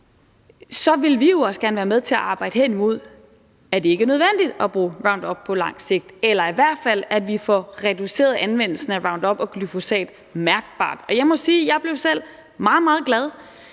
vil vi også gerne være med til at arbejde henimod, at det ikke er nødvendigt at bruge Roundup på lang sigt, eller i hvert fald at vi får reduceret anvendelsen af Roundup og glyfosat mærkbart. Jeg må sige, at jeg selv blev meget, meget glad,